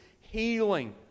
healing